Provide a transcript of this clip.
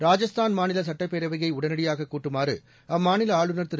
ராஜஸ்தான் மாநில சுட்டப்பேரவையை உடனடியாக கூட்டுமாறு அம்மாநில ஆளுநர் திரு